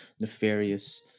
nefarious